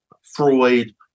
Freud